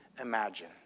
imagine